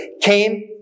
came